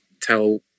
tell